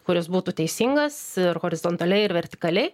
kuris būtų teisingas ir horizontaliai ir vertikaliai